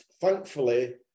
thankfully